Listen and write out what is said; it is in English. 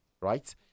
right